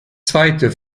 zweite